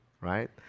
right